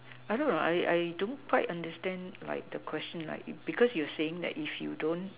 I don't know I I don't quite understand like the question like because you saying that if you don't